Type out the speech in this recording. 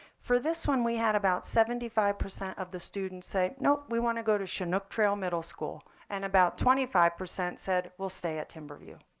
for this one, we had about seventy five percent of the students say, no, we want to go to chinook trail middle school. and about twenty five percent said, we'll stay at timber view.